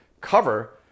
cover